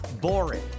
boring